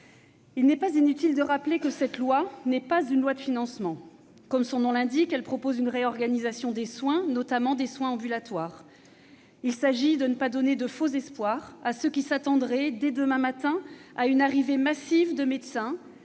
Il n'est pas inutile de redire que ce projet de loi n'est pas un texte de financement. Comme son intitulé l'indique, il propose une réorganisation des soins, notamment ambulatoires. Il s'agit de ne pas donner de faux espoirs à ceux qui s'attendraient, dès demain matin, à une arrivée massive de médecins